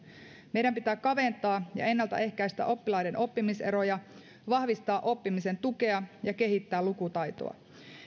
meidän pitää kaventaa ja ennaltaehkäistä oppilaiden oppimiseroja vahvistaa oppimisen tukea ja kehittää lukutaitoa